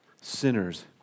sinners